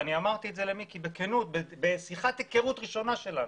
ואני אמרתי את זה למיקי בשיחת היכרות ראשונה שלנו,